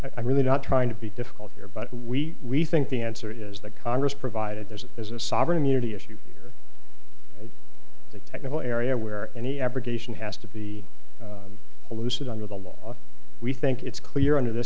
i really doubt trying to be difficult here but we we think the answer is that congress provided there's as a sovereign immunity issue the technical area where any application has to be a lucid under the law we think it's clear under th